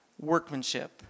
workmanship